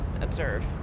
observe